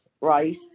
right